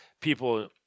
people –